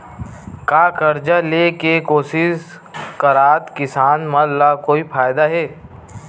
का कर्जा ले के कोशिश करात किसान मन ला कोई फायदा हे?